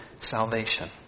salvation